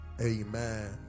Amen